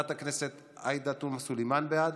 בעד, חברת הכנסת עאידה תומא סלימאן, בעד.